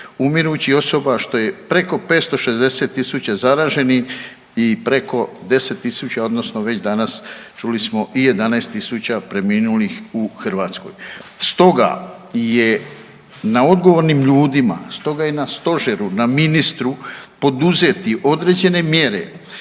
umirućih osoba što je preko 560.000 zaraženih i preko 10.000 odnosno već danas čuli smo i 11.000 preminulih u Hrvatskoj. Stoga je na odgovornim ljudima, stoga je na stožeru, na ministru poduzeti određene mjere